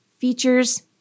features